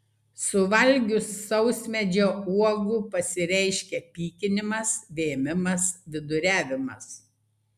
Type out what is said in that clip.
suvalgius sausmedžio uogų pasireiškia pykinimas vėmimas viduriavimas